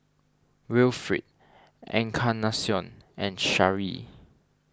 Wilfrid Encarnacion and Sharee